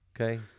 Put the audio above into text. okay